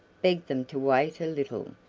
begged them to wait a little,